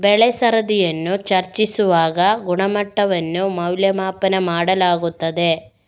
ಬೆಳೆ ಸರದಿಯನ್ನು ಚರ್ಚಿಸುವಾಗ ಗುಣಮಟ್ಟವನ್ನು ಮೌಲ್ಯಮಾಪನ ಮಾಡಲಾಗುತ್ತದೆ